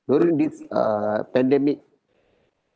during this uh pandemic